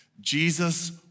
Jesus